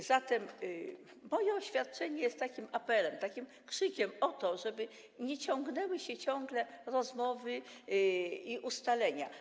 A zatem moje oświadczenie jest takim apelem, takim krzykiem, żeby nie ciągnęły się te rozmowy i ustalenia.